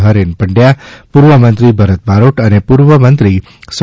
હરેન પંડયા પૂર્વ મંત્રી ભરત બારોટ અને પૂર્વ મંત્રી સ્વ